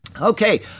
Okay